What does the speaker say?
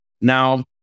now